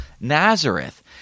Nazareth